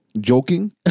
Joking